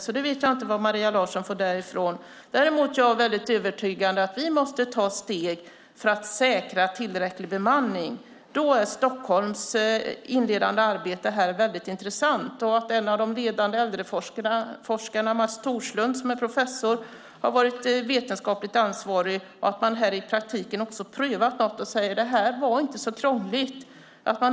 Jag vet inte var Maria Larsson har fått detta ifrån. Däremot är jag övertygad om att vi måste ta steg för att säkra tillräcklig bemanning. Stockholms inledande arbete är här väldigt intressant. En av de ledande äldreforskarna, Mats Thorslund, som är professor, har varit vetenskapligt ansvarig. Man har prövat något och sagt att det inte var så krångligt.